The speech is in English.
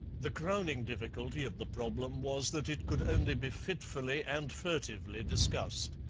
the crowning difficulty of the problem was that it could only be fitfully and furtively discussed.